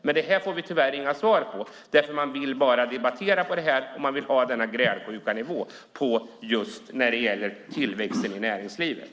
Men detta får vi tyvärr inga svar på därför att man bara vill debattera på denna grälsjuka nivå när det gäller tillväxten i näringslivet.